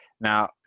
Now